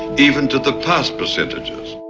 even to the past percentages.